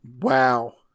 Wow